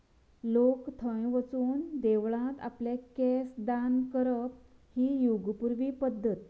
लोक थंय वचून देवळांत आपले केंस दान करप ही यूग पुर्वी पद्दत